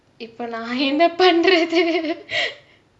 இப்பே நா என்ன பண்றது:ippae naa enna pandrathu